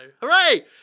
hooray